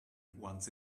once